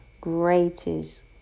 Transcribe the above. greatest